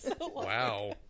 Wow